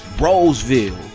Roseville